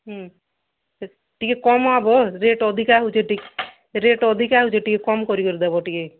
ହୁଁ ସେ ଟିକେ କମାବ ରେଟ୍ ଅଧିକା ହେଉଛି ରେଟ୍ ଅଧିକା ହେଉଛି ଟିକେ କମ୍ କରିକରି ଦେବ ଟିକେ